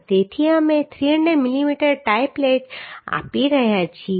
તેથી અમે 300 millimetre tie plate આપી રહ્યા છીએ